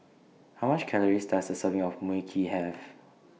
How much Calories Does A Serving of Mui Kee Have